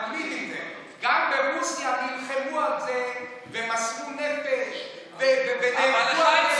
גם ברוסיה נלחמו על זה ומסרו נפש ונהרגו על זה,